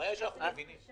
הבעיה היא שאנחנו מבינים.